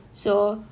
so